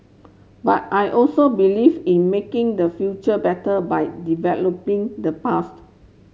but I also believe in making the future better by developing the past